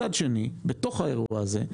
מצב שני, בתוך האירוע הזה,